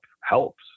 helps